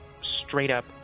straight-up